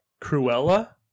Cruella